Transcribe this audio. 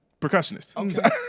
Percussionist